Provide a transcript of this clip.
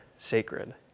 sacred